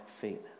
feet